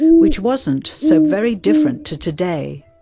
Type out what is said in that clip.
which wasn't so very different to today.